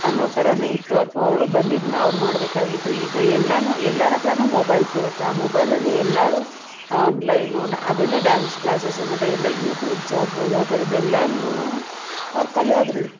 ಅನ್ನೋ ಥರಾನೆ ಇತ್ತು ಅಥವಾ ಅವ್ರ್ಗೆ ಬಂದಿದ್ದನ್ನ ಅವ್ರು ಮಾಡಬೇಕಾಗಿತ್ತು ಈಗ ಎಲ್ಲಾ ಎಲ್ಲಾರತ್ರಾ ಮೊಬೈಲ್ಸ್ ಇರುತ್ತೆ ಆ ಮೊಬೈಲಲ್ಲಿ ಎಲ್ಲರು ಆನ್ಲೈನು ಅದರಲ್ಲೇ ಡ್ಯಾನ್ಸ್ ಕ್ಲಾಸಸ್ಸು ಮತ್ತು ಎಲ್ಲ ಯೂಟ್ಯೂಬ್ಸ್ ಆಗ್ಬೋದು ಆ ಥರದ್ದೆಲ್ಲಾನೂ ಅವ್ರು ಕಲಿಯೋದ್ರಿಂದ